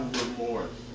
remorse